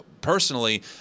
personally